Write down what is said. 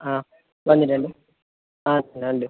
ആ വന്നിട്ടുണ്ട് ആ ഉണ്ട്